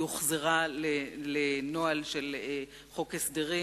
היא הוחזרה לנוהל של חוק הסדרים,